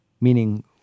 meaning